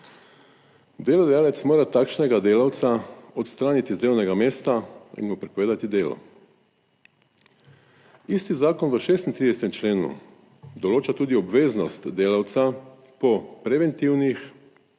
Delodajalec mora takšnega delavca odstraniti z delovnega mesta in mu prepovedati delo. Isti zakon v 36. členu določa tudi obveznost delavca po preventivnih